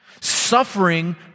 Suffering